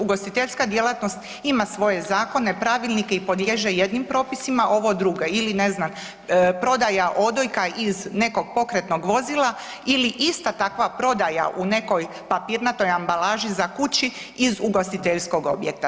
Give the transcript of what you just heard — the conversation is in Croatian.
Ugostiteljska djelatnost ima svoje zakone, pravilnike i podliježe jednim propisima, ovo drugo ili ne znam prodaja odojka iz nekog pokretnog vozila ili ista takva prodaja u nekoj papirnatoj ambalaži za kući iz ugostiteljskog objekta.